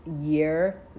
year